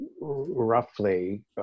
roughly